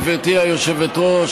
גברתי היושבת-ראש.